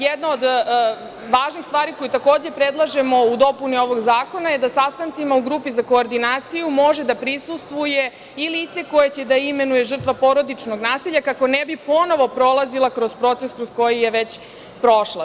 Jedna od važnih stvari koju takođe predlažemo u dopuni ovog zakona je da sastancima u grupi za koordinaciju može da prisustvuje i lice koje će da imenuje žrtva porodičnog nasilja kako ne bi ponovo prolazila kroz proces kroz koji je već prošla.